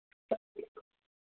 sir